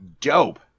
dope